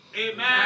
Amen